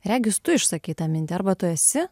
regis tu išsakei tą mintį arba tu esi